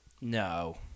No